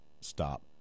stop